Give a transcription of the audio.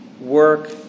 Work